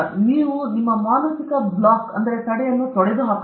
ನೀವು ಆ ಮಾನಸಿಕ ಬ್ಲಾಕ್ ಅನ್ನು ತೊಡೆದುಹಾಕಬೇಕು